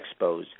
expos